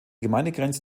gemeindegrenze